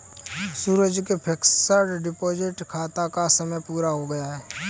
सूरज के fixed deposit खाता का समय पूरा हो गया है